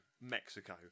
Mexico